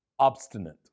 Obstinate